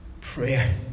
prayer